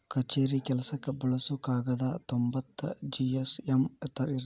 ಕಛೇರಿ ಕೆಲಸಕ್ಕ ಬಳಸು ಕಾಗದಾ ತೊಂಬತ್ತ ಜಿ.ಎಸ್.ಎಮ್ ಇರತತಿ